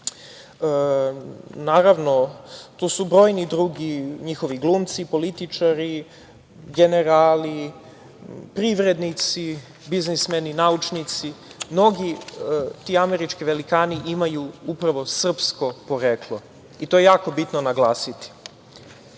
Vilsonom. Naravno, tu su brojni drugi njihovi glumci, političari, generali, privrednici, biznismeni, naučnici, mnogi ti američki velikani imaju upravo srpsko poreklo. To je jako bitno naglasiti. Svi